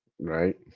Right